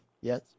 Yes